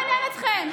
לא מעניין אתכם.